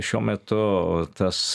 šiuo metu tas